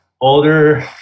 older